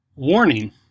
Warning